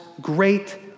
great